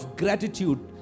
gratitude